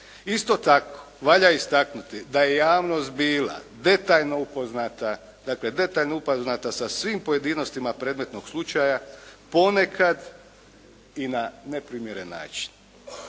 Isto tako, valja istaknuti da je javnost bila detaljno upoznata, dakle detaljno upoznata sa svim pojedinostima predmetnog slučaja ponekad i na neprimjeren način